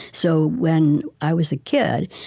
so when i was a kid,